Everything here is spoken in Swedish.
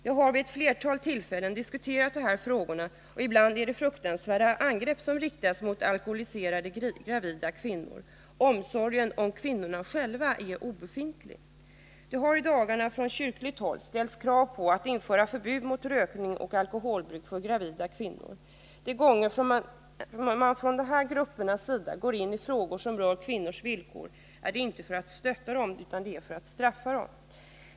Jag har vid ett flertal tillfällen diskuterat de här frågorna och funnit att det ibland är fruktansvärda angrepp som riktas mot alkoholiserade gravida kvinnor. Omsorgen om kvinnorna själva är obefintlig. Det har i dagarna från kyrkligt håll ställts krav på att införa förbud mot rökning och alkoholbruk för gravida kvinnor. De gånger man från de här gruppernas sida går in i frågor som rör kvinnors villkor är det inte för att stötta dem utan för att straffa dem.